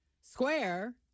square